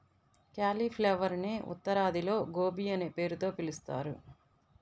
క్యాలిఫ్లవరునే ఉత్తరాదిలో గోబీ అనే పేరుతో పిలుస్తారు